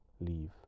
leave